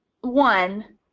One